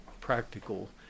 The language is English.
practical